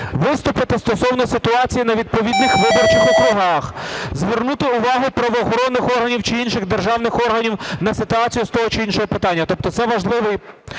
виступити стосовно ситуації на відповідних виборчих округах, звернути увагу правоохоронних органів чи інших державних органів на ситуацію з того чи іншого питання. Тобто це важлива